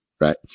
right